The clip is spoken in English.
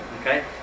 okay